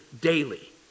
daily